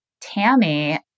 tammy